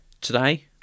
today